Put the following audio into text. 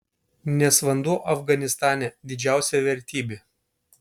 nes vanduo afganistane didžiausia vertybė